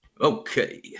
Okay